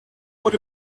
what